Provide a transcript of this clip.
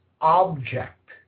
object